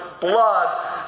blood